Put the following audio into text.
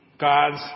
God's